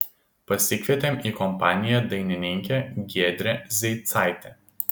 pasikvietėm į kompaniją dainininkę giedrę zeicaitę